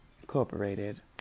Incorporated